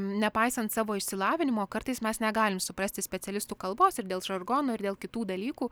nepaisant savo išsilavinimo kartais mes negalim suprasti specialistų kalbos ir dėl žargono ir dėl kitų dalykų